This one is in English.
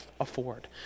afford